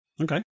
Okay